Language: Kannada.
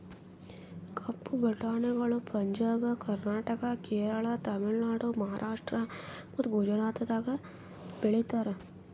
ಕಪ್ಪು ಬಟಾಣಿಗಳು ಪಂಜಾಬ್, ಕರ್ನಾಟಕ, ಕೇರಳ, ತಮಿಳುನಾಡು, ಮಹಾರಾಷ್ಟ್ರ ಮತ್ತ ಗುಜರಾತದಾಗ್ ಬೆಳೀತಾರ